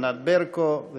ענת ברקו,